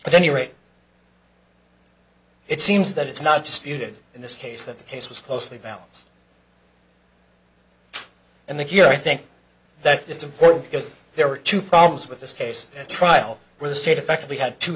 at any rate it seems that it's not just you did in this case that the case was closely balance and that you know i think that it's important because there were two problems with this case at trial where the state effectively had two